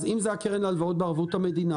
אז אם זה הקרן להלוואות בערבות המדינה,